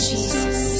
Jesus